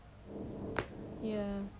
ya